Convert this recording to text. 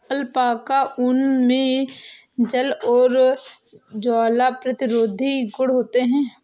alpaca ऊन मे जल और ज्वाला प्रतिरोधी गुण होते है